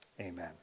Amen